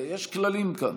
יש כללים כאן.